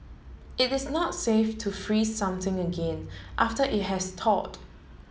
it is not safe to freeze something again after it has thawed